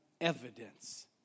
evidence